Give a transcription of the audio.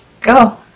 Go